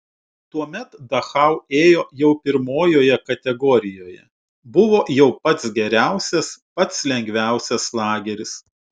tuomet dachau ėjo jau pirmojoje kategorijoje buvo jau pats geriausias pats lengviausias lageris